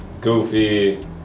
goofy